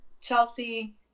Chelsea